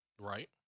Right